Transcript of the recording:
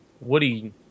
Woody